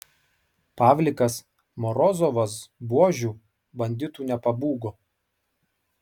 pavlikas morozovas buožių banditų nepabūgo